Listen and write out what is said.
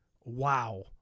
wow